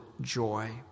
joy